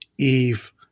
Eve